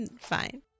fine